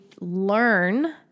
learn